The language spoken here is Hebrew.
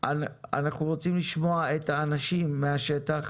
את האנשים מהשטח